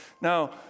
Now